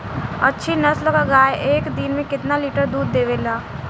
अच्छी नस्ल क गाय एक दिन में केतना लीटर दूध देवे ला?